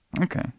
Okay